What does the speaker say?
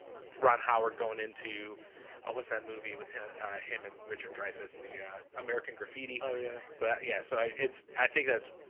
ron howard going into a what's that movie with him him and richard dreyfuss the american graffiti oh, yeah, so that yeah, so it's i think that's